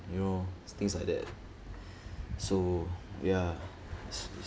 you know things like that so ya